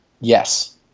yes